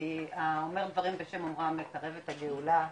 כי אומר דברים בשם אןמרם לקרב את הגאולה,